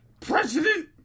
president